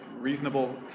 reasonable